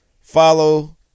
follow